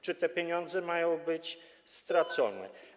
Czy te pieniądze mają być stracone?